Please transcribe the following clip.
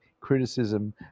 criticism